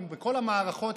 ובכל המערכות,